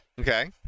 Okay